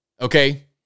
Okay